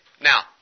Now